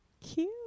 Cute